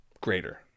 greater